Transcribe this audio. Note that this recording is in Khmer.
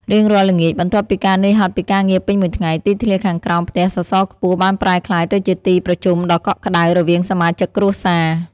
រៀងរាល់ល្ងាច បន្ទាប់ពីការនឿយហត់ពីការងារពេញមួយថ្ងៃ ទីធ្លាខាងក្រោមផ្ទះសសរខ្ពស់បានប្រែក្លាយទៅជាទីប្រជុំដ៏កក់ក្តៅ រវាងសមាជិកគ្រួសារ។